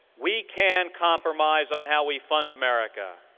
we can compromise on how we fund america.